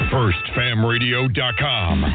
Firstfamradio.com